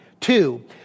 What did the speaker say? Two